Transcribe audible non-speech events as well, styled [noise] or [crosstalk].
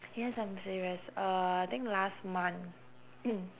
yes I'm serious uh I think last month [noise]